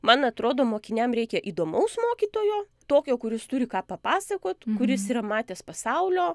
man atrodo mokiniam reikia įdomaus mokytojo tokio kuris turi ką papasakot kuris yra matęs pasaulio